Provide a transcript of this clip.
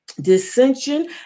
dissension